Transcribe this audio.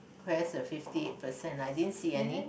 where's the fifty eight percent I didn't see any